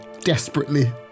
desperately